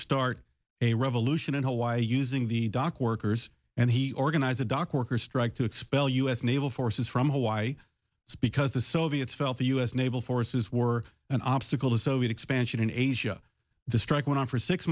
start a revolution in hawaii using the dock workers and he organized a dock worker strike to expel u s naval forces from hawaii because the soviets felt the u s naval forces were an obstacle to soviet expansion in asia the strike went on for six